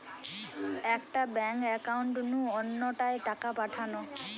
একটা bank account নু অন্য টায় টাকা পাঠানো